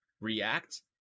react